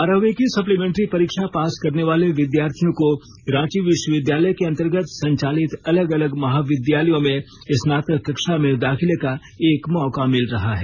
बारहवीं की सप्लीमेंट्री परीक्षा पास करने वाले विद्यार्थियों को रांची विश्वविद्यालय के अंतर्गत संचालित अलग अलग महाविद्यालयों में स्नातक कक्षा में दाखिले का एक मौका मिल रहा है